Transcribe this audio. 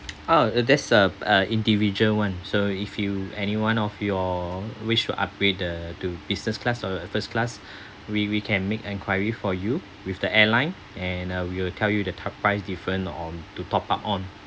oh uh there's a uh individual one so if you anyone of you're wish to upgrade the to business class or the first class we we can make enquiry for you with the airline and uh we will tell you the top price different on to top up on